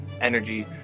Energy